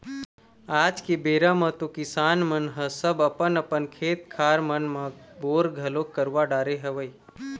आज के बेरा म तो किसान मन ह सब अपन अपन खेत खार मन म बोर घलोक करवा डरे हवय